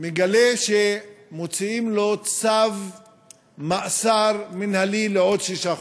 הוא מגלה שמוציאים לו צו מעצר מינהלי לעוד שישה חודשים.